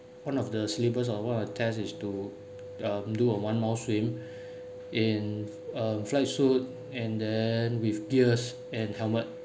one of the syllabus on one of the test is to uh do a one mile swim in uh flight suit and then with gears and helmet